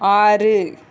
ஆறு